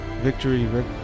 victory